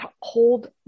hold